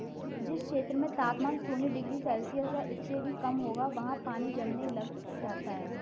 जिस क्षेत्र में तापमान शून्य डिग्री सेल्सियस या इससे भी कम होगा वहाँ पानी जमने लग जाता है